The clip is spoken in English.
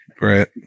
Right